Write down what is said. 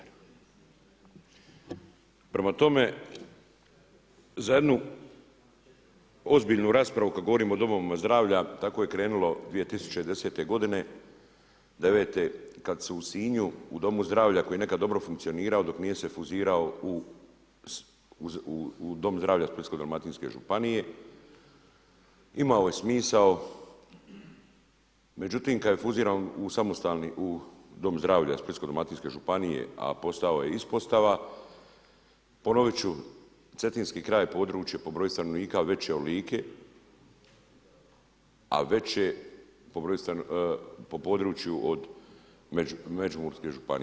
Prema tome, za jednu ozbiljnu raspravu kad govorimo o domovima zdravlja tako je krenulo 2010. godine, devete kad su u Sinju u domu zdravlja koji je nekada dobro funkcionirao dok nije se fuzirao u dom zdravlja Splitsko-dalmatinske županije imao je smisao, međutim kad je fuziran u samostalni, u dom zdravlja Splitsko-dalmatinske županije, a postao je ispostava, ponovit ću cetinski kraj je područje po broju stanovnika veće od Like, a veće po području od Međimurske županije.